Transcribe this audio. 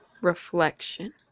reflection